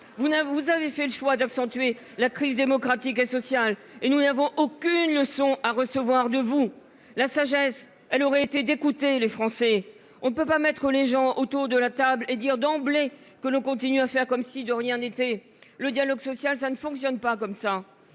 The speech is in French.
vous avez fait le choix d'accentuer la crise démocratique et sociale et nous n'avons aucune leçon à recevoir de vous la sagesse elle aurait été d'écouter les Français, on ne peut pas mettre les gens autour de la table et dire d'emblée que l'on continue à faire comme si de rien n'était. Le dialogue social, ça ne fonctionne pas comme ça